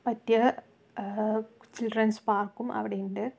പറ്റിയ ചിൽഡ്രൻസ് പാർക്കും അവിടെയുണ്ട്